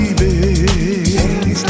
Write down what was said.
baby